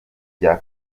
rya